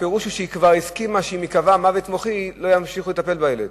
הפירוש הוא שהיא הסכימה שאם ייקבע מוות מוחי לא ימשיכו לטפל בילד.